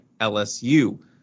LSU